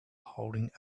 holding